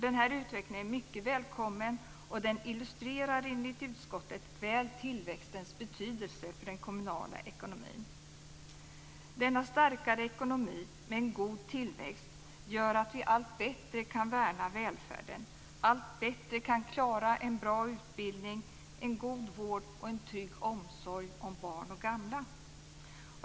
Denna utveckling är mycket välkommen och illustrerar enligt utskottet väl tillväxtens betydelse för den kommunala ekonomin. Denna starkare ekonomi, med en god tillväxt, gör att vi allt bättre kan värna välfärden och allt bättre kan klara en bra utbildning, en god vård och en trygg omsorg om barn och gamla.